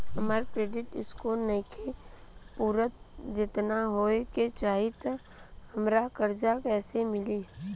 हमार credit score नईखे पूरत जेतना होए के चाही त हमरा कर्जा कैसे मिली?